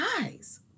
eyes